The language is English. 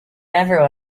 never